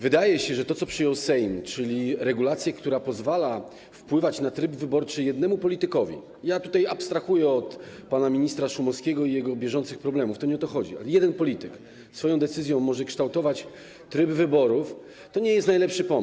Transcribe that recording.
Wydaje się, że to, co przyjął Sejm, czyli regulacja, która pozwala wpływać na tryb wyborczy jednemu politykowi - ja tutaj abstrahuję od pana ministra Szumowskiego i jego bieżących problemów, to nie o to chodzi, ale jeden polityk swoją decyzją może kształtować tryb wyborów - to nie jest najlepszy pomysł.